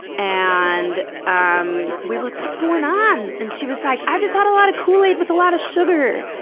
and um we were like, what's going on? and she was like, i've just had a lot of kool-aid with a lot of sugar!